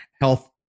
health